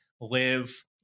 live